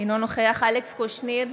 אינו נוכח אלכס קושניר,